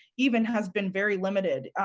even has been very limited.